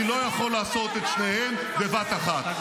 אני לא יכול לעשות את שניהם בבת אחת.